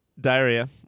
Diarrhea